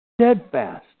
Steadfast